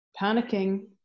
panicking